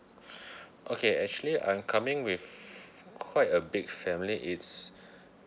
okay actually I'm coming with quite a big family it's